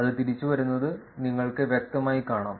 അത് തിരിച്ചുവരുന്നത് നിങ്ങൾക്ക് വ്യക്തമായി കാണാം